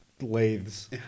lathes